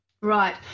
Right